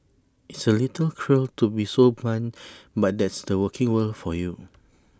it's A little cruel to be so blunt but that's the working world for you